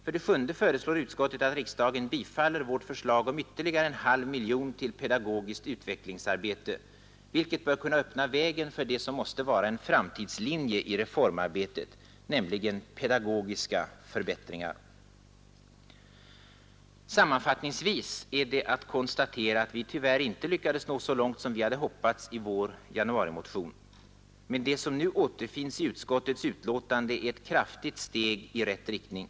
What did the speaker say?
För det sjunde föreslår utskottet att riksdagen bifaller vårt förslag om ytterligare 0,5 miljoner kronor till pedagogiskt utvecklingsarbete, vilket bör kunna öppna vägen för det som måste vara en framtidslinje i reformarbetet, nämligen pedagogiska förbättringar. Sammanfattningsvis är det att konstatera att vi inom oppositionen tyvärr inte lyckades nå så långt som vi hade hoppats i vår januarimotion. Men det som nu återfinns i utskottets betänkande är ett kraftigt steg i rätt riktning.